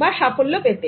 বা সাফল্য পেতে